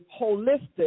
holistic